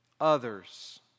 others